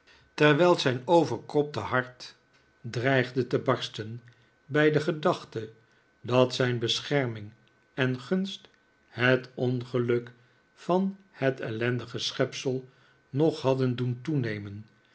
terwijl zijn overkropte hart dreigde te barsten bij de gedachte dat zijn bescherming en gunst het ongeluk van het ellendige schepsel nog hadden doen toenemen